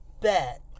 bet